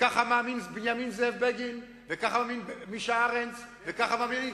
וככה מאמין זאב בנימין בגין וככה מאמין מישה ארנס וככה מאמינים,